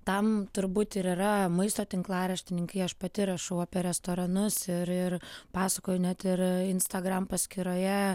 tam turbūt ir yra maisto tinklaraštininkai aš pati rašau apie restoranus ir ir pasakoju net ir instagram paskyroje